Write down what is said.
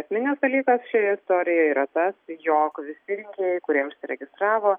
esminis dalykas šioje istorijoje yra ta jog visi rinkėjai kurie užregistravo